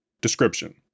Description